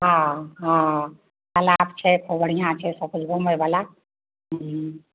ओ ओ तालाब छै खूब बढ़िआँ छै सब चीज घूमै बला हूँ